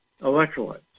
electrolytes